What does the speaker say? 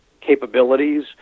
capabilities